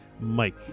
Mike